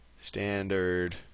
Standard